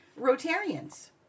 Rotarians